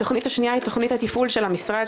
התכנית השנייה היא תכנית התפעול של המשרד,